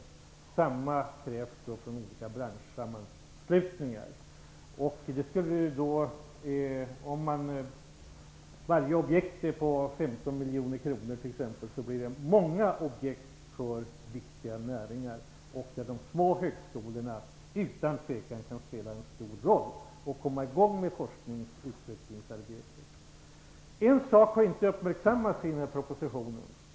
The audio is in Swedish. Detsamma krävs från de olika branschsammanslutningarna. Om varje objekt är på t.ex. 15 miljoner kronor blir det många objekt för viktiga näringar. Där kan de små högskolorna utan tvivel spela en stor roll och komma i gång med forsknings och utvecklingsarbetet. En sak har inte uppmärksammats i den här propositionen.